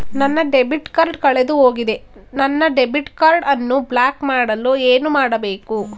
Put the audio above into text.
ನನ್ನ debit card ಕಳೆದುಹೋಗಿದೆ ನನ್ನ ಡೆಬಿಟ್ ಕಾರ್ಡ್ ಅನ್ನು ಬ್ಲಾಕ್ ಮಾಡಲು ಏನು ಮಾಡಬೇಕು?